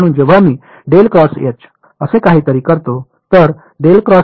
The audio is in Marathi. म्हणून जेव्हा मी असे काहीतरी करतो